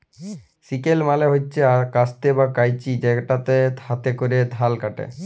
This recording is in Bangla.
সিকেল মালে হছে কাস্তে বা কাঁইচি যেটতে হাতে ক্যরে ধাল ক্যাটে